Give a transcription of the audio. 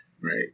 Right